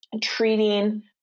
treating